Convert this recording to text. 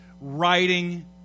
writing